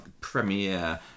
premiere